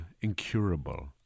incurable